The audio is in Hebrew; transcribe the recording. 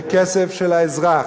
זה כסף של האזרח,